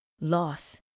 Loss